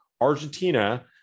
Argentina